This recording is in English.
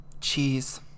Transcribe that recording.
Cheese